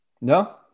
No